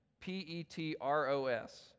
P-E-T-R-O-S